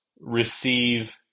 receive